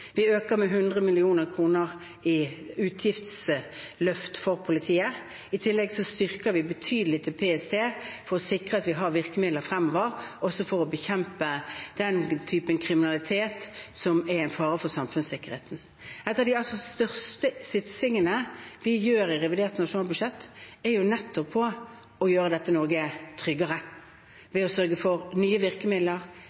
Vi øker med 100 mill. kr i utgiftsløft for politiet. I tillegg styrker vi PST betydelig for å sikre at vi har virkemidler fremover, også for å bekjempe den typen kriminalitet som er en fare for samfunnssikkerheten. En av de største satsingene vi gjør i revidert nasjonalbudsjett, er nettopp å gjøre Norge tryggere